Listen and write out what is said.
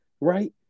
right